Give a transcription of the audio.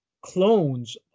clones